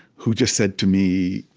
who just said to me,